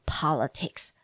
politics